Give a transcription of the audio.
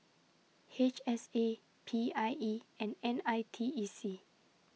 H S A P I E and N I T E C